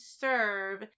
serve